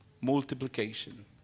multiplication